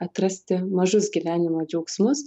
atrasti mažus gyvenimo džiaugsmus